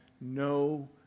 no